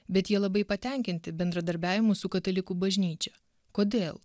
bet jie labai patenkinti bendradarbiavimu su katalikų bažnyčia kodėl